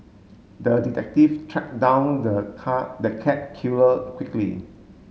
the detective track down the car the cat killer quickly